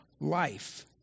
life